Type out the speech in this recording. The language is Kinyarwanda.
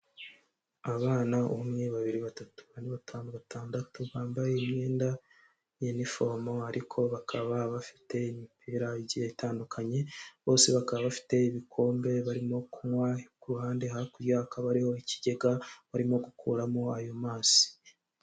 Abana umwe babiri batatu bane batanu batandatu, bambaye imyenda y'iniforomo, ariko bakaba bafite imipira igiye itandukanye, bose bakaba bafite ibikombe barimo kunywa, ku ruhande hakurya hakaba hariho ikigega barimo gukuramo ayo mazi.